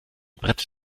brett